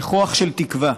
ניחוח של תקווה